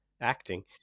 acting